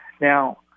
Now